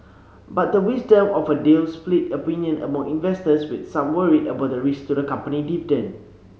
but the wisdom of a deal split opinion among investors with some worried about the risk to the company's